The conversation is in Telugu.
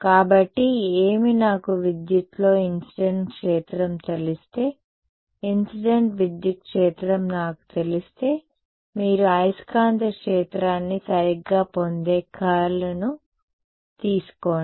కాబట్టి ఏమి నాకు విద్యుత్లో ఇన్సిడెంట్ క్షేత్రం తెలిస్తే ఇన్సిడెంట్ విద్యుత్ క్షేత్రం నాకు తెలిస్తే మీరు అయస్కాంత క్షేత్రాన్ని సరిగ్గా పొందే కర్ల్ను తీసుకోండి